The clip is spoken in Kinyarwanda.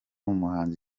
umuhanzi